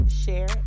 share